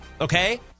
okay